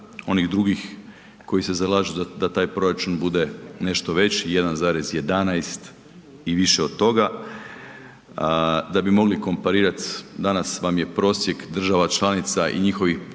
onih drugih koji se zalažu da taj proračun bude nešto veći 1,11 i više od toga. Da bi mogli komparirati danas vam je prosjek država članica i njihovih